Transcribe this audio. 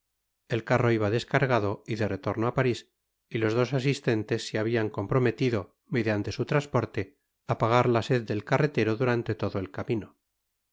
el carro iba descargado y de retorno á paris y los dos asistentes se habian comprometido mediante su transporte á pagar la sed del carretert durante todo el camino